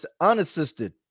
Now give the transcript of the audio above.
unassisted